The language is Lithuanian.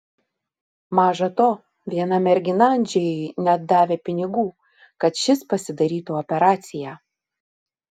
maža to viena mergina andžejui net davė pinigų kad šis pasidarytų operaciją